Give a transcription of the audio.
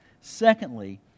Secondly